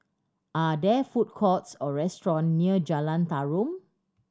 are there food courts or restaurant near Jalan Tarum